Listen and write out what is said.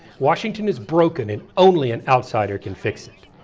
washington is broken and only an outsider can fix it.